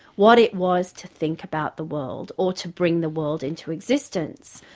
what it was to think about the world, or to bring the world into existence,